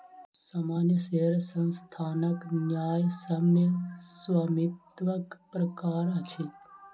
सामान्य शेयर संस्थानक न्यायसम्य स्वामित्वक प्रकार अछि